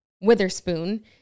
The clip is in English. Witherspoon